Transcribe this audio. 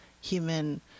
human